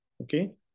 okay